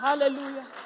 Hallelujah